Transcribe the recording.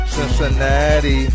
Cincinnati